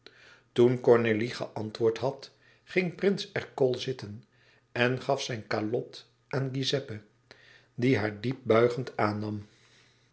toen cornélie geantwoord had ging prins ercole zitten en gaf zijn kalot aan giuseppe die haar diep buigend aannam